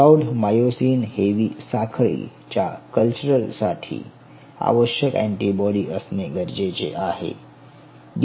प्रौढ myosin heavy साखळी च्या कल्चरल साठी आवश्यक अँटीबॉडी असणे गरजेचे आहे